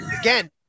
again